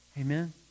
Amen